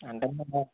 అంటే